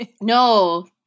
no